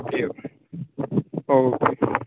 okay okay okay